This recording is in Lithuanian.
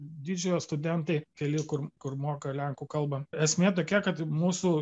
didžiojo studentai keli kur kur moka lenkų kalbą esmė tokia kad mūsų